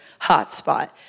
hotspot